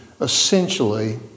essentially